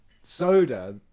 soda